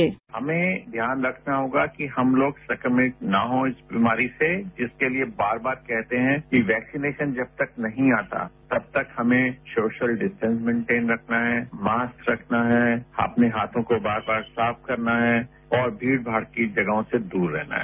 bite हमें ध्यान रखना होगा कि हम लोग संक्रमित न हो इस बीमारी से जिसके लिए बार बार कहते हैं कि वैक्सीनेशन जब तक नहीं आता तब तक हमें सोशल डिस्टेंस मेंटेन रखना है मास्क रखना है अपने हाथों को बार बार साफ करना है और भीड़ भाड़ जगहों से दूर रहना है